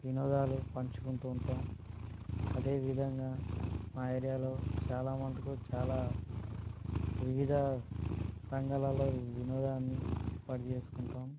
వినోదాలు పంచుకుంటూ ఉంటాం అదేవిధంగా మా ఏరియాలో చాలా మటుకు చాల వివిధ రంగాలలో వినోదాన్ని ఏర్పాటు చేసుకుంటాం